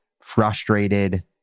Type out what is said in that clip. frustrated